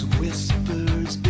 whispers